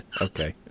Okay